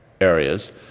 areas